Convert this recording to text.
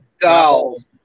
dolls